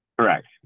Correct